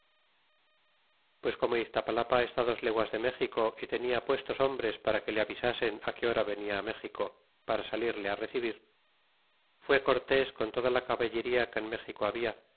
pues como iztapalapa est dos leguas de méxico y tenia puestos hombres para que le avisasen que hora venia méxico para salirle recebir fué cortés con toda la caballería que en méxico habla